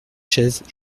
chaises